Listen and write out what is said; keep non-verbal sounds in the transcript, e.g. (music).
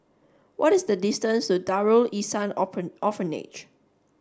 what is the distance to Darul Ihsan (unintelligible) Orphanage